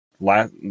last